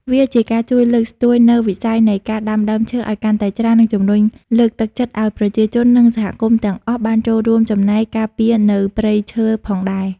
វាជាការជួយលើកស្ទួយនូវវិស័យនៃការដាំដើមឈើឲ្យកាន់តែច្រើន និងជំរុញលើកទឹកចិត្តឲ្យប្រជាជននិងសហគមន៍ទាំងអស់បានចូលរួមចំណែកការពារនៅព្រៃឈើផងដែរ។